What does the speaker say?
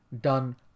done